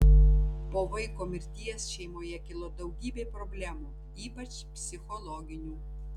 po vaiko mirties šeimoje kilo daugybė problemų ypač psichologinių